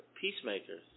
peacemakers